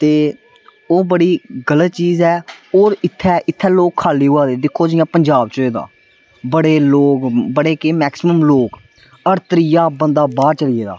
ते ओह् बड़ी गलत चीज ऐ और इत्थै इत्थै लोग खाली होआ दे दिक्खो जियां पंजाब च होए दा बड़े लोग बड़े के मैक्सीमम लोग हर त्रीआ बंदा बाहर चली गेदा